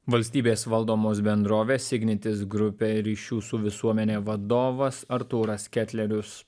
valstybės valdomos bendrovės ignitis grupė ryšių su visuomene vadovas artūras ketlerius